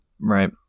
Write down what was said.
Right